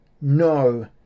No